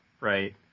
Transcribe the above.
right